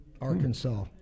Arkansas